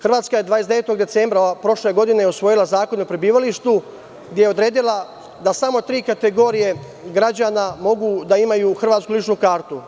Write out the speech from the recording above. Hrvatska je 29. decembra prošle godine usvojila Zakon o prebivalištu, gde je odredila da smo tri kategorije građana mogu da imaju hrvatsku ličnu kartu.